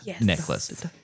necklace